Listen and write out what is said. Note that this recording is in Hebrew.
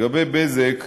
לגבי "בזק",